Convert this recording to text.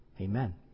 amen